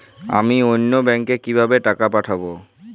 আমি অন্য ব্যাংকে কিভাবে টাকা পাঠাব?